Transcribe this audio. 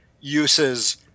uses